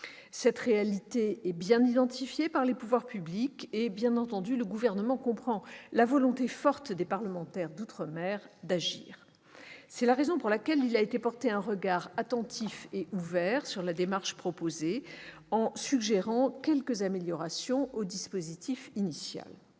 Cette réalité est bien identifiée par les pouvoirs publics et, bien entendu, le Gouvernement comprend la volonté forte des parlementaires d'outre-mer d'agir. C'est la raison pour laquelle il a porté un regard attentif et ouvert sur la démarche proposée, en suggérant quelques améliorations au dispositif initial.